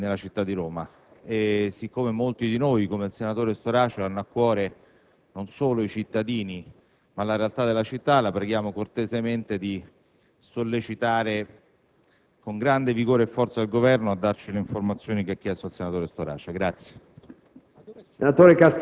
precedenti nella città di Roma. Siccome molti di noi, come il senatore Storace, hanno a cuore non solo i cittadini ma la realtà della città, la preghiamo cortesemente di sollecitare, con grande vigore e forza, il Governo affinché ci fornisca le informazioni che ha chiesto il senatore Storace.